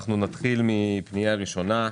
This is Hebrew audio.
אנחנו נתחיל עם הפנייה הראשונה,